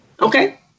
Okay